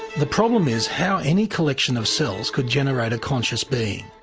the problem is how any collection of cells could generate a conscious being.